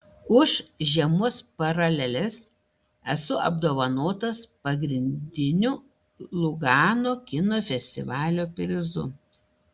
už žiemos paraleles esu apdovanotas pagrindiniu lugano kino festivalio prizu